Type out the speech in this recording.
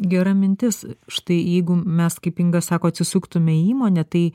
gera mintis štai jeigu mes kaip inga sako atsisuktum į įmonę tai